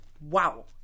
Wow